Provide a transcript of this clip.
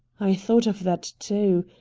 i thought of that, too.